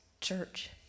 church